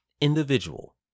individual